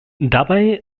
dabei